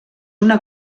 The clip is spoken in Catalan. una